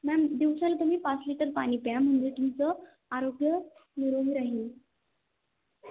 ma'am दिवसाला तुमती पाच लिटर पाणी प्या म्हणजे तुमचं आरोग्य निरोगी राहील